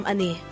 Ani